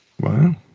Wow